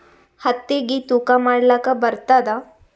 ಹತ್ತಿಗಿ ತೂಕಾ ಮಾಡಲಾಕ ಬರತ್ತಾದಾ?